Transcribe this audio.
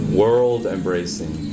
world-embracing